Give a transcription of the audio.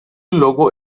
logo